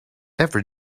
every